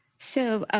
so,